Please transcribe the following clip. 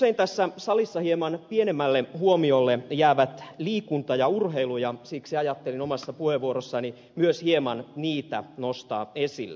usein tässä salissa hieman pienemmälle huomiolle jäävät liikunta ja urheilu ja siksi ajattelin omassa puheenvuorossani myös hieman niitä nostaa esille